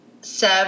Seb